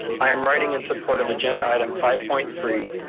i am writing in support of agenda item five point three,